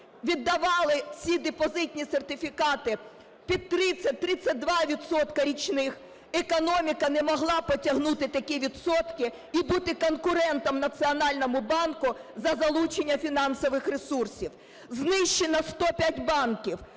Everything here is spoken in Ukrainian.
віддавали ці депозитні сертифікати під 30-32 відсотки річних, економіка не могла потягнути такі відсотки і бути конкурентом Національному банку за залучення фінансових ресурсів. Знищено 105 банків.